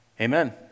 Amen